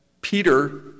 Peter